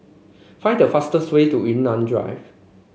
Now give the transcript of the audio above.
find the fastest way to Yunnan Drive